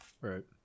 Right